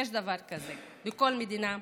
יש דבר כזה בכל מדינה מתוקנת.